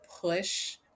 push